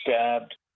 stabbed